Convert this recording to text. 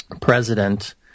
president